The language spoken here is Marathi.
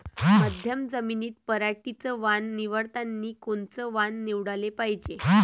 मध्यम जमीनीत पराटीचं वान निवडतानी कोनचं वान निवडाले पायजे?